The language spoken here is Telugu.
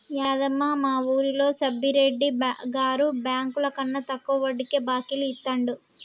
యాదమ్మ, మా వూరిలో సబ్బిరెడ్డి గారు బెంకులకన్నా తక్కువ వడ్డీకే బాకీలు ఇత్తండు